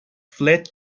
fled